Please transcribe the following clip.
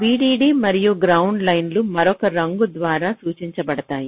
VDD మరియు ground లైన్లు మరొక రంగు ద్వారా సూచించబడతాయి